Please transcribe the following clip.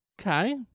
Okay